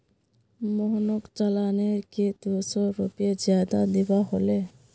मोहनक चालानेर के दो सौ रुपए ज्यादा दिबा हले